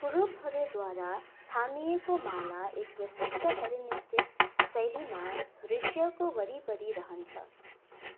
कुरूबहरूद्वारा थामिएको माला एक विशिष्ट हेलिनिस्टिक शैलीमा दृश्यको वरिपरि रहन्छ